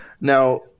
Now